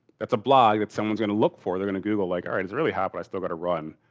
that's a blog that someone's gonna look for they're gonna google like, alright, it's really hot, but i still got to run.